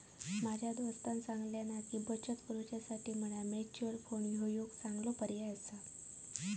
माझ्या दोस्तानं सांगल्यान हा की, बचत करुसाठी म्हणान म्युच्युअल फंड ह्यो एक चांगलो पर्याय आसा